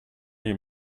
you